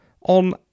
on